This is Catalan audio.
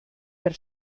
per